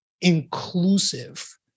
inclusive